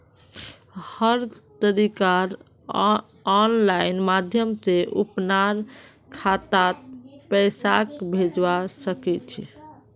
हर तरीकार आनलाइन माध्यम से अपनार खातात पैसाक भेजवा सकछी